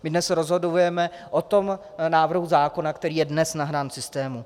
My dnes rozhodujeme o tom návrhu zákona, který je dnes nahrán v systému.